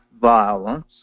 violence